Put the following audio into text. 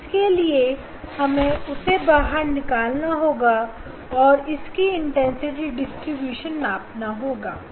अब इसके लिए हमें उसे बाहर निकालना होगा और इसकी तीव्रता डिस्ट्रीब्यूशन नापनी होगी